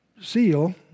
seal